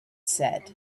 said